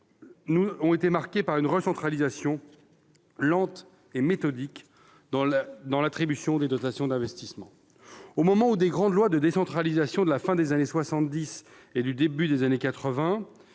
ont été marquées par une recentralisation lente et méthodique dans l'attribution des dotations d'investissement. Au moment des grandes lois de décentralisation de la fin des années soixante-dix et du début des années